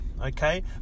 okay